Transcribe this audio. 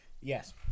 Yes